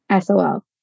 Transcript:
SOL